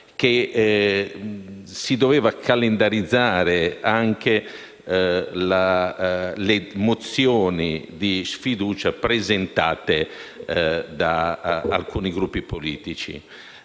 dovute calendarizzare anche le mozioni di sfiducia presentate da alcuni Gruppi politici.